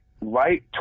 Right